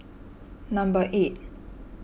number eight